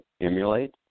emulate